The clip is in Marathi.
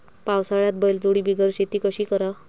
पावसाळ्यात बैलजोडी बिगर शेती कशी कराव?